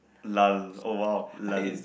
lah oh !wow! lah